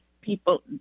people